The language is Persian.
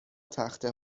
تخته